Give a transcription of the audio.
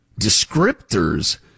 descriptors